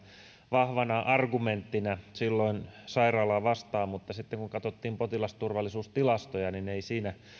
vahvana argumenttina sairaalaa vastaan mutta sitten kun katsottiin potilasturvallisuustilastoja ei siinä